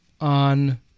on